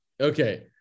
Okay